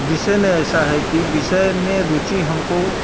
विषय में ऐसा है कि विषय में रुचि हम को